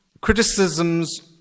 criticisms